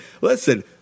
Listen